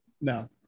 no